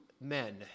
men